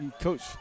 Coach